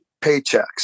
paychecks